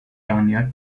tanya